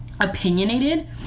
opinionated